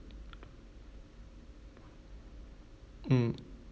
mm